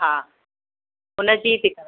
हा हा उनजी थी